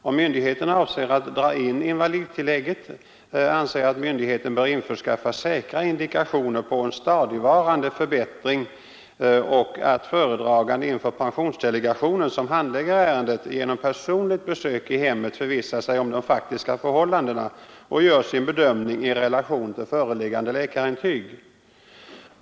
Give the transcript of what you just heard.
Om myndigheten avser att dra in invalidtillägget, anser jag att myndigheten bör införskaffa säkra indikationer på en stadigvarande förbättring och att föredraganden inför pensionsdelegationen, som handlägger ärendet, genom personligt besök i hemmet skall förvissa sig om de faktiska förhållandena och göra sin bedömning i relation till föreliggande läkarintyg.